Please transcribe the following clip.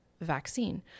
vaccine